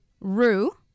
Rue